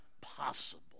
possible